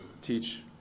teach